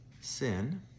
sin